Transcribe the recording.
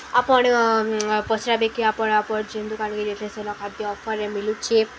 ଆପଣ ପଚରାବେକି ଆପଣ ଆପଣ ଯେନ୍ ଦୁକାନରେ ରେଟ୍ ସେନ ଖାଦ୍ୟ ଅଫରରେ ମିଳୁଛେ